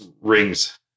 Rings